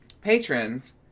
patrons